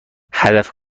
هدف